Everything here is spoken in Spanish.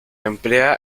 emplea